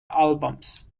albums